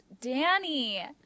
Danny